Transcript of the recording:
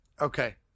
okay